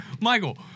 Michael